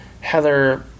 Heather